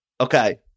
Okay